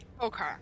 okay